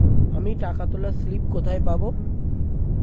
আমি টাকা তোলার স্লিপ কোথায় পাবো?